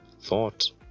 thought